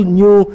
new